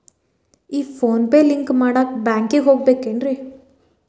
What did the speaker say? ಈ PhonePe link ಮಾಡಾಕ ಬ್ಯಾಂಕಿಗೆ ಹೋಗ್ಬೇಕೇನ್ರಿ?